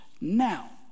now